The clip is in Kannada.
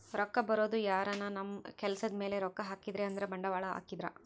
ರೊಕ್ಕ ಬರೋದು ಯಾರನ ನಮ್ ಕೆಲ್ಸದ್ ಮೇಲೆ ರೊಕ್ಕ ಹಾಕಿದ್ರೆ ಅಂದ್ರ ಬಂಡವಾಳ ಹಾಕಿದ್ರ